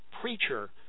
preacher